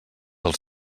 del